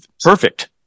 perfect